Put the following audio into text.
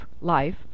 life